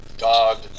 God